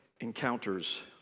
encounters